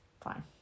fine